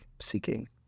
seeking